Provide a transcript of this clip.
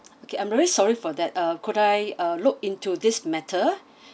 okay I'm really sorry for that uh could I uh look into this matter